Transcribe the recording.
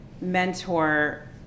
mentor